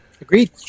Agreed